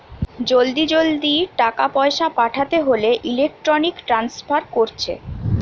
জলদি জলদি টাকা পয়সা পাঠাতে হোলে ইলেক্ট্রনিক ট্রান্সফার কোরছে